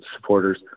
supporters